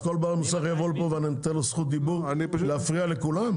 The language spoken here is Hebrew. אז כל בעל מוסך יבוא לפה ואני אתן לו זכות דיבור להפריע לכולם?